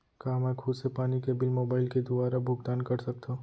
का मैं खुद से पानी के बिल मोबाईल के दुवारा भुगतान कर सकथव?